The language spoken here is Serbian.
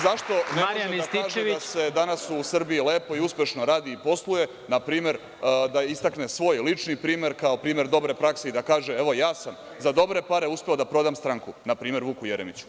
Zašto ne može da kaže da se danas u Srbiji lepo i uspešno radi i posluje, na primer, da istakne svoj lični primer kao primer dobre prakse i da kaže – evo, ja sam za dobre pare uspeo da prodam stranku, na primer, Vuku Jeremiću?